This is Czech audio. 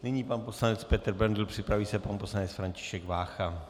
Nyní pan poslanec Petr Bendl, připraví se pan poslanec František Vácha.